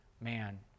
man